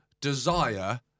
desire